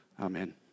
Amen